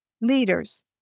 leaders